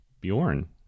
Bjorn